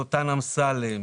לוטן אמסלם,